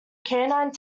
canine